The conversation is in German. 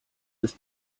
ist